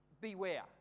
beware